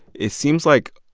it seems like